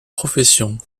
profession